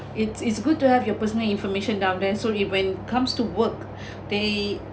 it it's good to have your personal information down there so it when comes to work they